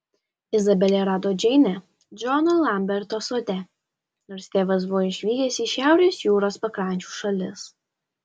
izabelė rado džeinę džono lamberto sode nors tėvas buvo išvykęs į šiaurės jūros pakrančių šalis